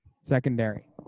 Secondary